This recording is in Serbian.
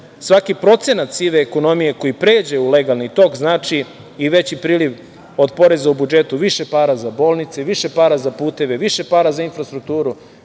Svaki procenat sive ekonomije koji pređe u legalni tok znači i veći priliv od poreza u budžetu, više para za bolnice, više para za puteve, više para za infrastrukturu,